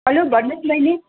hello भन्नु होस् बहिनी